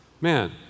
man